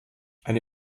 eine